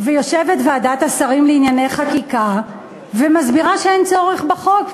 ויושבת ועדת השרים לענייני חקיקה ומסבירה שאין צורך בחוק?